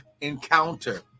encounter